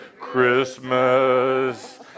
Christmas